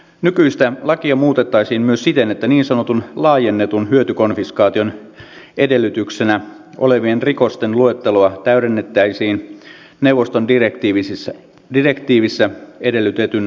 nykyistä lakia muutettaisiin myös siten että niin sanotun laajennetun hyötykonfiskaation edellytyksenä olevien rikosten luetteloa täydennettäisiin neuvoston direktiivissä edellytetyn mukaisesti